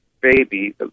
baby